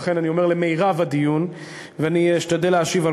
לכן אני אומר "למרב הדיון" ואני אשתדל להשיב על